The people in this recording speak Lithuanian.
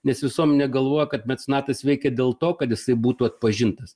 nes visuomenė galvoja kad mecenatas veikia dėl to kad jisai būtų atpažintas